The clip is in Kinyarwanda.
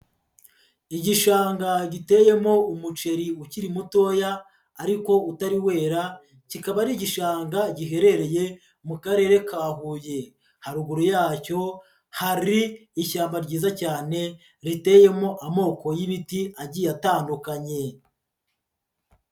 Igishanga giteyemo umuceri ukiri mutoya ariko utari wera kikaba ari igishanga giherereye mu Karere ka Huye, haruguru yacyo hari ishyamba ryiza cyane riteyemo amoko y'ibiti agiye atandukanye.